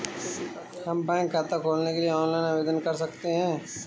हम बैंक खाता खोलने के लिए ऑनलाइन आवेदन कैसे कर सकते हैं?